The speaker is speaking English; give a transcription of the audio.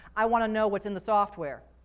i want to know what's in the software.